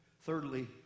Thirdly